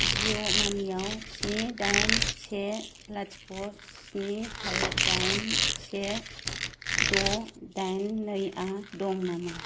जिअ मानिआव स्नि दाइन से लाथिख' स्नि फाइब दाइन से द' दाइन नै आ दं नामा